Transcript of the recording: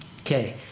Okay